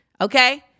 okay